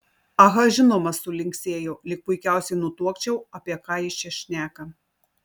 aha žinoma sulinksėjau lyg puikiausiai nutuokčiau apie ką jis čia šneka